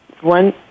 one